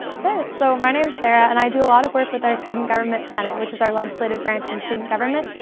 sure, so my name is sarah and i do a lot of work with our student government senate which is our legislative branch in student government.